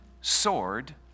sword